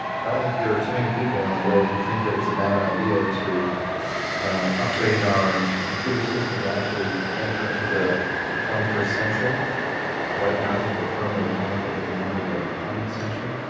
i don't think there are too many people in the world who think that it's a bad idea to upgrade our computer system to actually enter into the twenty first century cause right now i think we're firmly planted at the end of the twentieth century.